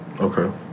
Okay